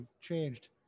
changed